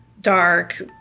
dark